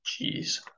Jeez